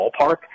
ballpark